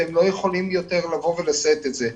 והם לא יכולים יותר לשאת את זה.